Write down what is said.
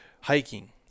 hiking